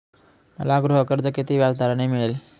मला गृहकर्ज किती व्याजदराने मिळेल?